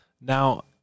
Now